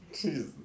Jesus